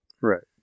right